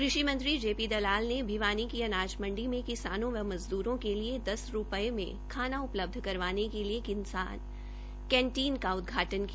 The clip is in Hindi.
कृषि मंत्री जे पी नड्डा ने भिवानी की अनाज मंडी में किसानों व मजद्रों के लिए दस रूपये में खाना उपलब्ध करवाने के लिए किसान कैंटीन का उदघाटन् किया